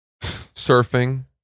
surfing